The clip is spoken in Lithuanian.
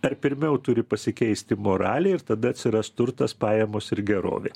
ar pirmiau turi pasikeisti moralė ir tada atsiras turtas pajamos ir gerovė